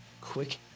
quick